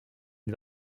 une